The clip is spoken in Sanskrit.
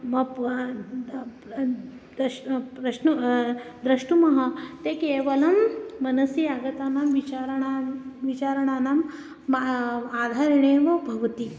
मप्वान् प्रश् प्रश्नु द्रष्टुमः ते केवलं मनसि आगतानां विचाराणां विचाराणां म आधारेणेव भवति